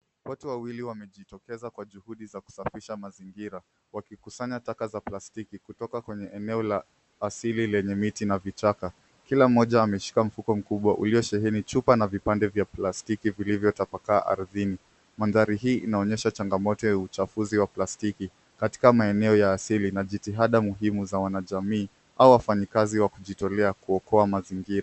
Watu wawili wamejitokeza kwa juhudi za kusafisha mazigira wakikusanya taka za plastiki kutoka kwenye eneo la asili lenye miti na vichaka. Kila mmoja ameshika mfuko mkubwa uliosheheni chupa na vipande vya plastiki vilivyotapakaa ardhini. Mandhari hii inaonyesha chagamoto ya uchafuzi wa plastiki katika maeneo ya asili na jitihanda muhimu za wanajamii au wafanyikazi wa kujitolea kuokoa mazingira.